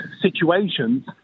situations